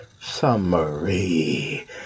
summary